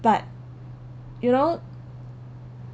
but you know